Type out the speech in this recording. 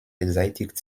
beseitigt